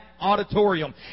Auditorium